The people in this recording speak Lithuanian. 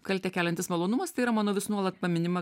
kaltę keliantis malonumas tai yra mano vis nuolat paminima